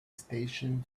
station